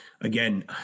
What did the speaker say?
Again